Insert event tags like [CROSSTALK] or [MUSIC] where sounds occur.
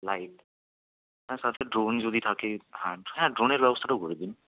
light [UNINTELLIGIBLE] drone যদি থাকে হ্যাঁ হ্যাঁ ড্রোনের ব্যবস্থাটাও করে দিন